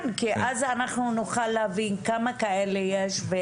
כן, כי אז אנחנו נוכל להבין כמה כאלה יש.